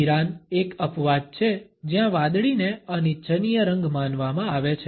Iran એક અપવાદ છે જ્યાં વાદળીને અનિચ્છનીય રંગ માનવામાં આવે છે